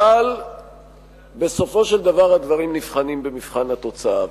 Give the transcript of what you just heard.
אבל בסופו של דבר הדברים נבחנים במבחן התוצאה.